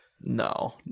No